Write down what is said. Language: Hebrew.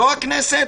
לא הכנסת,